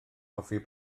hoffi